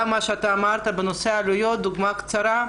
גם מה שאמרת בנושא עלויות דוגמה קצרה: